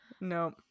No